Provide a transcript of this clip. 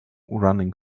running